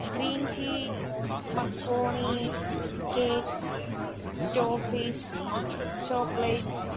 green tea macaroni cakes toffees chocolates